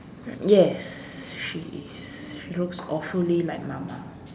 yes she is she looks awfully like mama